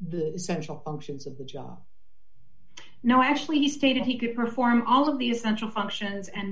the essential functions of the job no actually stated he could perform all of these central functions and